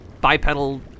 bipedal